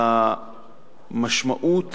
ולמשמעות